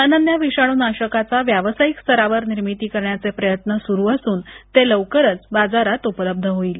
अनन्या विषाणू नाशकांचा व्यावसायिक स्तरावर निर्मिती करण्याचे प्रयत्न सुरु असून ते लवकरच बाजारात उपलब्ध होईल